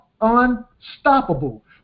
unstoppable